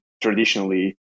traditionally